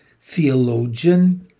theologian